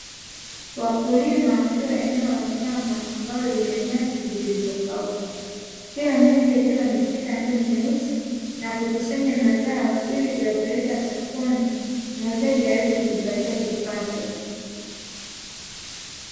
Wakulima wakiwa eneo la shamba ambalo lina nyasi zilizo kauka, kila mmoja akiwa ameshika ndoo nyeusi na kukusanya mazao ili kuyapeleka sokoni muuzaji aweze kujipatia kipato.